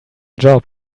job